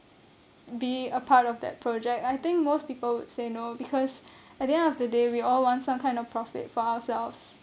be a part of that project I think most people would say no because at the end of the day we all want some kind of profit for ourselves